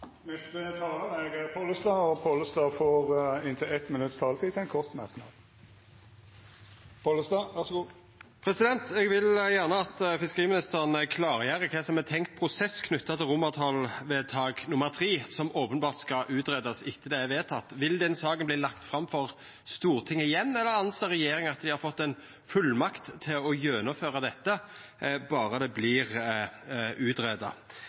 Pollestad har hatt ordet to gonger tidlegare og får ordet til ein kort merknad, avgrensa til 1 minutt. Eg vil gjerne at fiskeriministeren klargjer kva som er tenkt prosess knytt til romartalsvedtak III, som openbert skal greiast ut etter det er vedteke. Vil ein leggja fram den saka for Stortinget igjen, eller meiner regjeringa dei har fått ei fullmakt til å gjennomføra dette, berre det